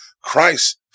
Christ